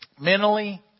mentally